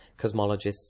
cosmologists